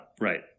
right